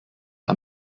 are